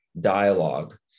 dialogue